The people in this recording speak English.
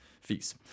fees